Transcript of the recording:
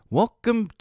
welcome